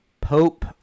Pope